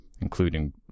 including